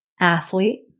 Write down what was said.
athlete